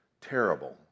terrible